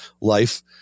life